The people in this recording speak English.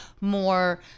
more